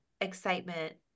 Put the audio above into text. excitement